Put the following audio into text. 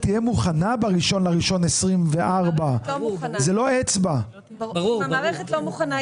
תהיה מוכנה ב-1 בינואר 2024. אם מערכת לא מוכנה,